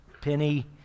penny